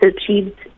achieved